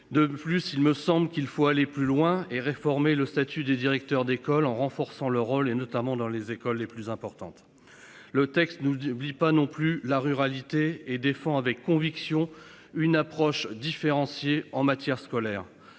De plus, il me semble qu'il faut aller plus loin et réformer le statut des directeurs d'école en renforçant le rôle et notamment dans les écoles les plus importantes. Le texte n'oublie pas non plus la ruralité et défend avec conviction une approche différenciée en matière scolaire,